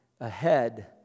ahead